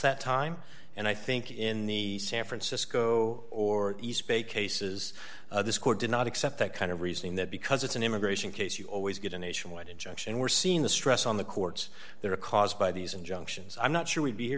that time and i think in the san francisco or east bay cases this court did not accept that kind of reasoning that because it's an immigration case you always get a nationwide injunction we're seeing the stress on the courts there are caused by these injunctions i'm not sure we'd be